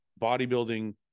bodybuilding